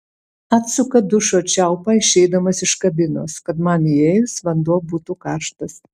atsuka dušo čiaupą išeidamas iš kabinos kad man įėjus vanduo būtų karštas